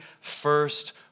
first